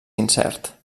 incert